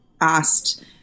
asked